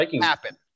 happen